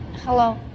hello